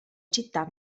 città